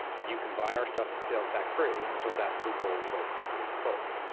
you can buy our stuff sales tax-free, until that loophole was ultimately closed.